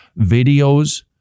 Videos